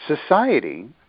Society